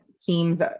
teams